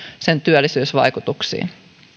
sen työllisyysvaikutuksiin